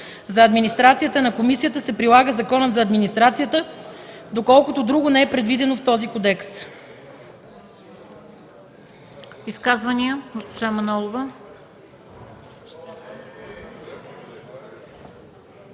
За администрацията на комисията се прилага Законът за администрацията, доколкото друго не е предвидено в този кодекс.”